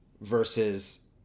versus